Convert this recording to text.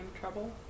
trouble